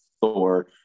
Thor